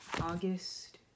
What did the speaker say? August